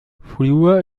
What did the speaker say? fluor